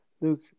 look